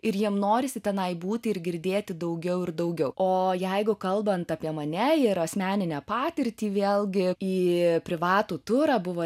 ir jiem norisi tenai būti ir girdėti daugiau ir daugiau o jeigu kalbant apie mane ir asmeninę patirtį vėlgi į privatų turą buvo